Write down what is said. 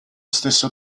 stesso